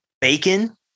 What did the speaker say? bacon